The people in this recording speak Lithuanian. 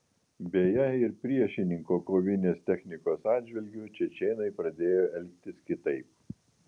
beje ir priešininko kovinės technikos atžvilgiu čečėnai pradėjo elgtis kitaip